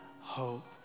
hope